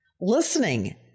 Listening